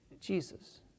Jesus